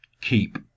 keep